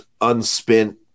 unspent